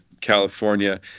California